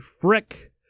Frick